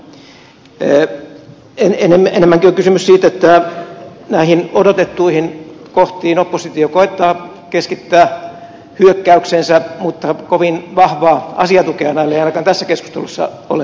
enemmänkin on kysymys siitä että näihin odotettuihin kohtiin oppositio koettaa keskittää hyökkäyksensä mutta kovin vahvaa asiatukea sille ei ainakaan tässä keskustelussa ole esille tullut